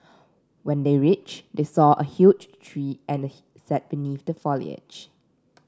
when they reached they saw a huge tree and he sat beneath the foliage